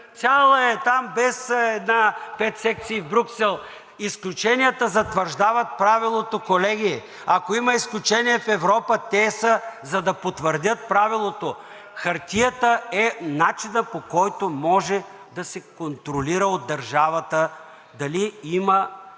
Цяла е, там без пет секции в Брюксел. Изключенията затвърждават правилото, колеги. Ако има изключения в Европа, те са, за да потвърдят правилото: хартията е начинът, по който може да се контролира от държавата дали има